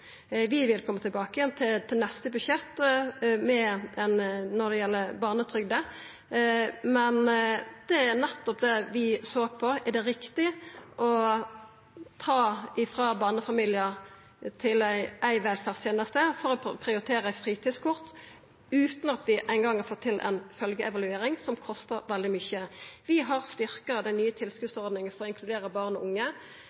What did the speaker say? Vi vil koma tilbake igjen i neste budsjett når det gjeld barnetrygda. Men det vi såg på, var nettopp om det var riktig å ta frå barnefamiliar éi til velferdsteneste, for å prioritera eit fritidskort, utan at dei eingong har fått til ei følgjeevaluering, som kostar veldig mykje. Vi har styrkt den nye tilskotsordninga for å inkludera barn og unge,